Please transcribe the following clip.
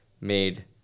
made